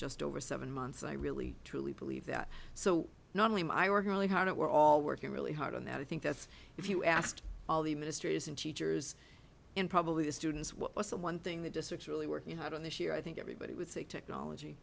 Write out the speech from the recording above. just over seven months and i really truly believe that so not only my we're going hard at we're all working really hard on that i think that's if you asked all the administrators and teachers and probably the students what was the one thing the district's really working hard on this year i think everybody would say technology